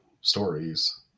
stories